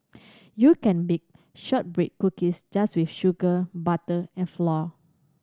you can bake shortbread cookies just with sugar butter and flour